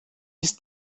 ist